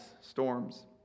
storms